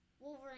Wolverine